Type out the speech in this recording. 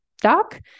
doc